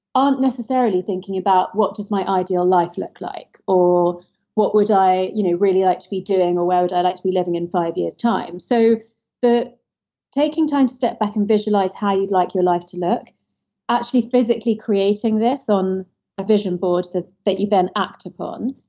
aren't necessarily thinking about what does my ideal life look like or what would i you know really like to be doing or where would i like to be living in five year's time. so taking time to step back and visualize how you'd like your life to look actually physically creating this on a vision board that that you then act upon,